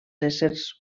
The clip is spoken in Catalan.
éssers